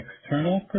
external